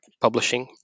publishing